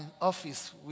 office